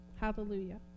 Hallelujah